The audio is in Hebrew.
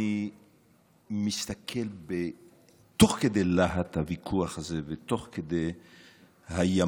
אני מסתכל תוך כדי להט הוויכוח הזה ותוך כדי הימים,